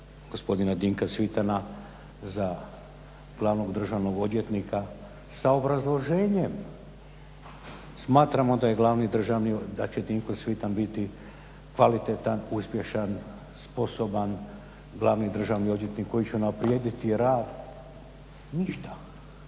gospodina Dinka Cvitana za glavnog državnog odvjetnika sa obrazloženjem. Smatramo da je glavni državni odvjetnik, da će Dinko Cvitan biti kvalitetan, uspješan, sposoban glavni državni odvjetnik koji će unaprijediti rad. Ništa.